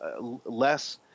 less